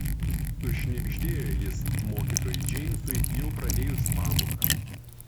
sušnibždėjo jis mokytojui džeimsui jau pradėjus pamoką